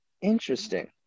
Interesting